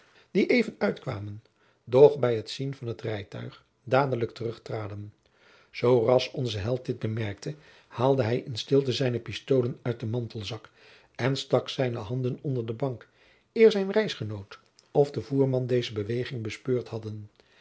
die even uitkwamen doch bij het zien van het rijtuig dadelijk terugtraden zooras onze held dit bemerkte haalde hij in stilte zijne pistoolen uit den mantelzak en stak zijne handen onder den bank eer zijn reisgenoot of de voerman deze beweging bespeurd hadden